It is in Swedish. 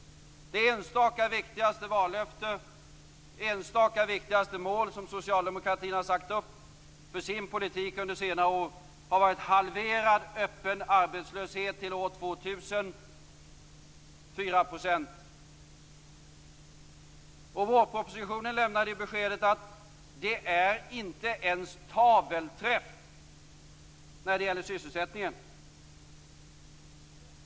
Det enstaka viktigaste vallöfte och mål som socialdemokratin har satt upp för sin politik under senare år har varit halverad öppen arbetslöshet till år 2000, dvs. 4 %. Vårpropositionen lämnar beskedet att det inte ens har blivit tavelträff när det gäller sysselsättningen.